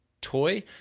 toy